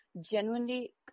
genuinely